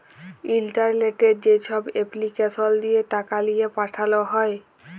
ইলটারলেটে যেছব এপলিকেসল দিঁয়ে টাকা লিঁয়ে পাঠাল হ্যয়